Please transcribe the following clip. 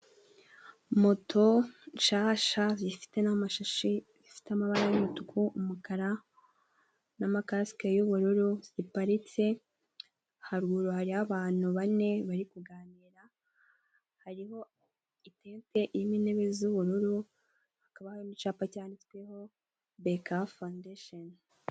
Moto nshasha zifite n'amashashi zifite amabara y'umutuku, umukara, n'amakasike y'ubururu ziparitse haruguru hari abantu bane bari kuganira hariho itente irimo intebe z'ubururu, hakaba harimo icapa cyanditsweho beka fowundesheni.